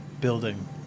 building